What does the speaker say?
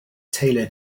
taylor